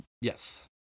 Yes